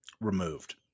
removed